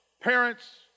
parents